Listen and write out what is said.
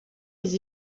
les